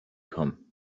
come